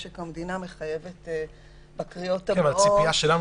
משק המדינה מחייבת בקריאות הבאות --- הציפייה שלנו